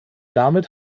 damit